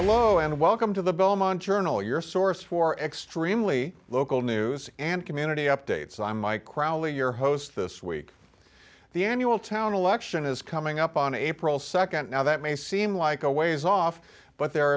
hello and welcome to the belmont journal your source for extremely local news and community updates imei crowley your host this week the annual town election is coming up on april nd now that may seem like a ways off but there